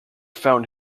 found